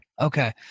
Okay